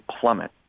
plummet